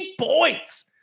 points